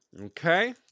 Okay